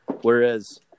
Whereas